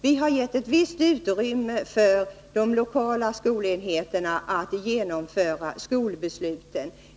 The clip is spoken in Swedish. Vi har givit ett visst utrymme för de lokala skolenheterna att genomföra skolbesluten.